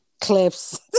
clips